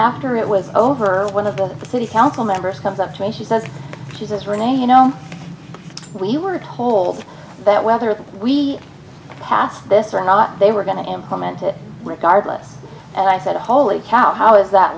after it was over one of those city council members comes up to me she says she says renee you know we were told that whether we passed this or not they were going to implement it regardless and i said holy cow how is that